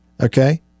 Okay